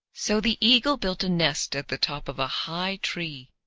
so the eagle built a nest at the top of a high tree,